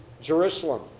Jerusalem